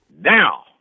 now